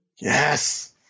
Yes